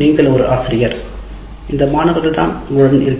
நீங்கள் ஒரு ஆசிரியர் இந்த மாணவர்கள் தான் உங்களுடன் இருக்கிறார்கள்